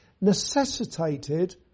necessitated